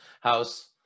house